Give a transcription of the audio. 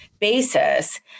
basis